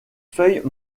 feuilles